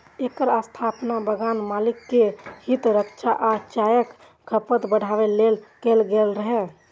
एकर स्थापना बगान मालिक के हित रक्षा आ चायक खपत बढ़ाबै लेल कैल गेल रहै